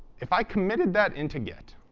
if i committed that into git,